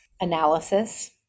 analysis